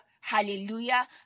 Hallelujah